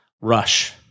rush